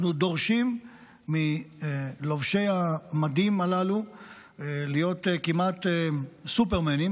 אנחנו דורשים מלובשי המדים הללו להיות כמעט סופרמנים